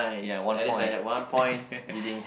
ya one point